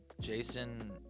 Jason